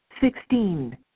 Sixteen